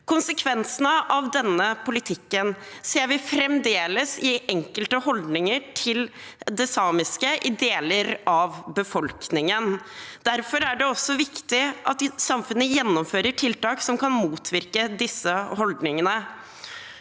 Konsekvensene av denne politikken ser vi fremdeles i enkelte holdninger til det samiske i deler av befolkningen. Derfor er det også viktig at samfunnet gjennomfører tiltak som kan motvirke disse holdningene.